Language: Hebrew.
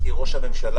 כי ראש הממשלה